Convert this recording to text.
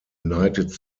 united